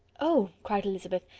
oh! cried elizabeth,